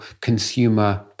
consumer